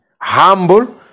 humble